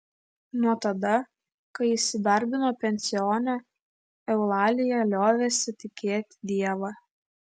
nuo tada kai įsidarbino pensione eulalija liovėsi tikėti dievą